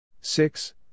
Six